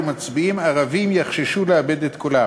ומצביעים ערבים יחששו לאבד את קולם.